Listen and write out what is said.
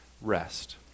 rest